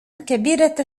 كبيرة